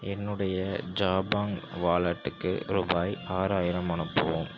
என்னுடைய ஜபாங் வாலெட்டுக்கு ரூபாய் ஆறாயிரம் அனுப்பவும்